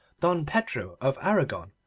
don pedro of aragon,